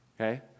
okay